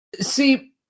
See